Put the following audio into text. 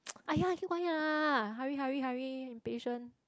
!aiya! keep quiet lah hurry hurry hurry impatient